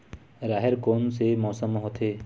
राहेर कोन से मौसम म होथे?